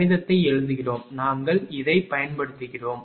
கணிதத்தை எழுதுகிறோம் நாங்கள் இதைப் பயன்படுத்துகிறோம்